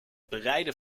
bereiden